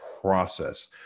process